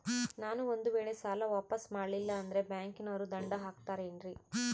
ನಾನು ಒಂದು ವೇಳೆ ಸಾಲ ವಾಪಾಸ್ಸು ಮಾಡಲಿಲ್ಲಂದ್ರೆ ಬ್ಯಾಂಕನೋರು ದಂಡ ಹಾಕತ್ತಾರೇನ್ರಿ?